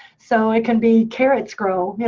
so it can be carrots grow, you know,